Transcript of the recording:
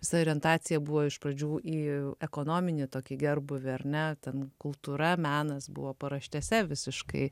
visa orientacija buvo iš pradžių į ekonominį tokį gerbūvį ar ne ten kultūra menas buvo paraštėse visiškai